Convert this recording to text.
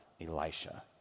Elisha